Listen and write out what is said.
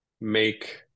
make